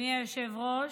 אדוני היושב-ראש,